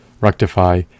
rectify